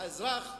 האזרח,